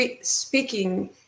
speaking